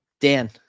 dan